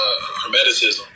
hermeticism